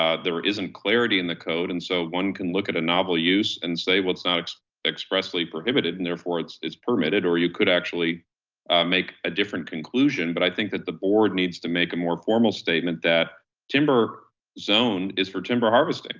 ah there isn't clarity in the code. and so one can look at a novel use and say, well, it's not expressly prohibited and therefore it's it's permitted, or you could actually make a different conclusion. but i think that the board needs to make a more formal statement that timber zone is for timber harvesting.